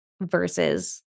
versus